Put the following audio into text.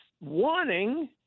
wanting